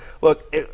Look